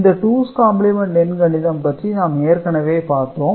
இந்த two's complement எண் கணிதம் பற்றி நாம் ஏற்கனவே பார்த்தோம்